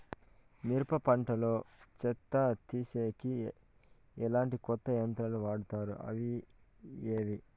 మిరప పంట లో చెత్త తీసేకి ఎట్లాంటి కొత్త యంత్రాలు వాడుతారు అవి ఏవి?